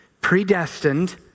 predestined